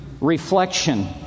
reflection